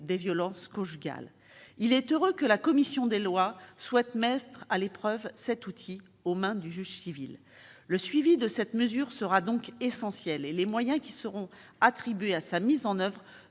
des violences conjugales. Il est heureux que la commission des lois souhaite mettre à l'épreuve cet outil, qui sera aux mains du juge civil. Le suivi de cette mesure sera donc essentiel, et les moyens qui seront attribués à sa mise en oeuvre